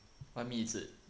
what meat is it